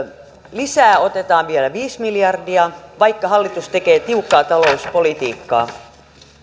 lisää otetaan vielä viisi miljardia vaikka hallitus tekee tiukkaa talouspolitiikkaa